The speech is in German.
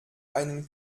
einen